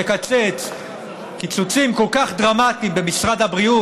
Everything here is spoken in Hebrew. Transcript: לקצץ קיצוצים כל כך דרמטיים במשרד הבריאות,